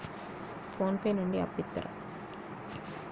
Phone pay నుండి అప్పు ఇత్తరా?